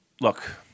look